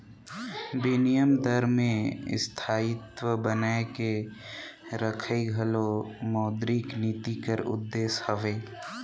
बिनिमय दर में स्थायित्व बनाए के रखई घलो मौद्रिक नीति कर उद्देस हवे